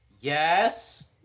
Yes